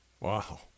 Wow